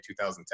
2010